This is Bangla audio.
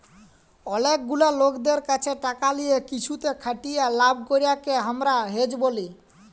অলেক গুলা লকদের ক্যাছে টাকা লিয়ে কিসুতে খাটিয়ে লাভ করাককে হামরা হেজ ব্যলি